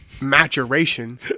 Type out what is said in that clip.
maturation